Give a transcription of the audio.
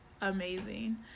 amazing